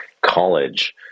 college